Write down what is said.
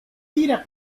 tira